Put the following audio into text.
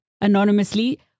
anonymously